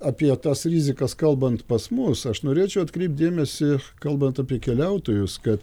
apie tas rizikas kalbant pas mus aš norėčiau atkreipt dėmesį kalbant apie keliautojus kad